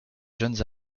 jeunes